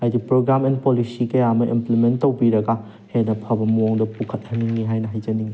ꯍꯥꯏꯗꯤ program and policy ꯀꯌꯥ ꯑꯃ ꯑꯦꯝꯄ꯭ꯂꯤꯃꯦꯟ ꯇꯧꯕꯤꯔꯒ ꯍꯦꯟꯅ ꯐꯕ ꯃꯑꯣꯡꯗ ꯄꯨꯈꯠꯍꯟꯅꯤꯡꯉꯤ ꯍꯥꯏꯅ ꯍꯥꯏꯖꯅꯤꯡꯉꯤ